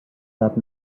that